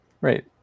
Right